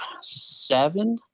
seven